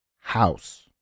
house